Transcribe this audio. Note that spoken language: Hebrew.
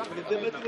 זה לא היה כדרך אגב,